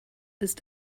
ist